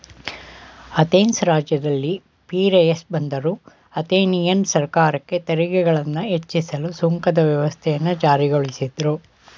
Athens ರಾಜ್ಯದಲ್ಲಿ Piraeus ಬಂದರು Athenian ಸರ್ಕಾರಕ್ಕೆ ತೆರಿಗೆಗಳನ್ನ ಹೆಚ್ಚಿಸಲು ಸುಂಕದ ವ್ಯವಸ್ಥೆಯನ್ನ ಜಾರಿಗೊಳಿಸಿದ್ರು